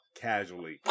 casually